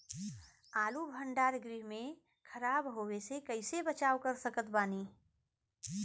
आलू भंडार गृह में खराब होवे से कइसे बचाव कर सकत बानी?